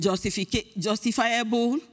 justifiable